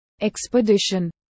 expedition